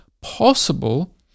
possible